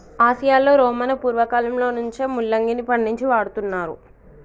ఆసియాలో రోమను పూర్వకాలంలో నుంచే ముల్లంగిని పండించి వాడుతున్నారు